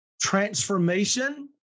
transformation